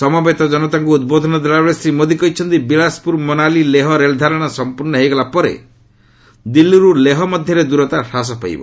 ସମବେତ ଜନତାଙ୍କୁ ଉଦ୍ବୋଧନ ଦେଲାବେଳେ ଶ୍ରୀ ମୋଦି କହିଛନ୍ତି ବିଳାସପୁର ମନାଲି ଲେହ ରେଳଧାରଣା ସମ୍ପର୍ଣ୍ଣ ହୋଇଗଲା ପରେ ଦିଲ୍ଲୀରୁ ଲେହ ମଧ୍ୟରେ ଦୂରତା ହ୍ରାସ ପାଇବ